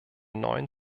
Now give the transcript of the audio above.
neuen